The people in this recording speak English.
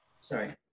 sorry